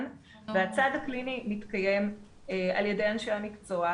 והצד הקליני מתקיים על ידי אנשי המקצוע.